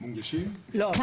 אחד